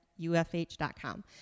UFH.com